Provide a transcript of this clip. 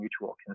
mutual